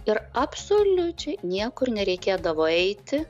ir absoliučiai niekur nereikėdavo eiti